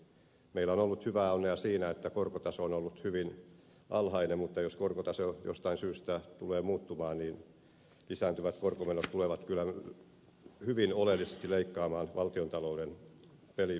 meillä on ollut hyvää onnea siinä että korkotaso on ollut hyvin alhainen mutta jos korkotaso jostain syystä tulee muuttumaan lisääntyvät korkomenot tulevat kyllä hyvin oleellisesti leikkaamaan valtiontalouden pelivaraa